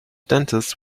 dentist